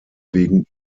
wegen